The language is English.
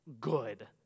good